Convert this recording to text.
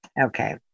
Okay